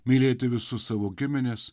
mylėti visus savo gimines